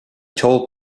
told